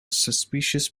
suspicious